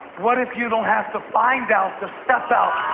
what if you don't have to find out to step out?